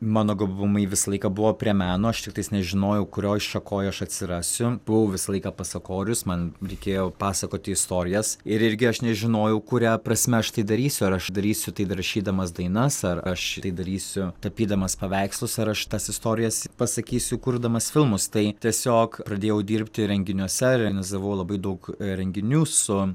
mano gabumai visą laiką buvo prie meno aš tiktais nežinojau kurioj šakoj aš atsirasiu buvau visą laiką pasakorius man reikėjo pasakoti istorijas ir irgi aš nežinojau kuria prasme aš tai darysiu ar aš darysiu tai rašydamas dainas ar aš tai darysiu tapydamas paveikslus ar aš tas istorijas pasakysiu kurdamas filmus tai tiesiog pradėjau dirbti renginiuose realizavau labai daug renginių su